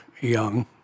young